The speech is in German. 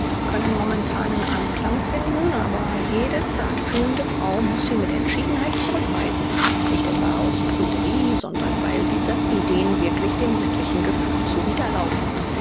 können momentanen anklang finden aber jede zartfühlende frau muß sie mit entschiedenheit zurückweisen nicht etwa aus pruderie sondern weil diese ideen wirklich dem sittlichen gefühl zuwiderlaufen